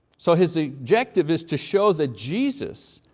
so his objective is to show that jesus,